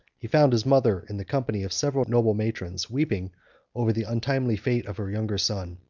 he found his mother in the company of several noble matrons, weeping over the untimely fate of her younger son.